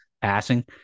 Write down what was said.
passing